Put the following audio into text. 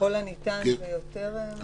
ככל הניתן, זה יותר משקף את זה?